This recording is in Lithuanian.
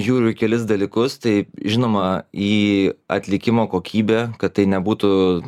žiūriu į kelis dalykus tai žinoma į atlikimo kokybę kad tai nebūtų